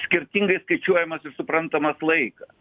skirtingai skaičiuojamas ir suprantamas laikas